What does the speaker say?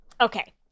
okay